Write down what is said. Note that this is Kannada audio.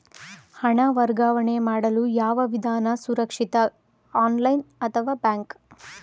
ಹಣ ವರ್ಗಾವಣೆ ಮಾಡಲು ಯಾವ ವಿಧಾನ ಸುರಕ್ಷಿತ ಆನ್ಲೈನ್ ಅಥವಾ ಬ್ಯಾಂಕ್?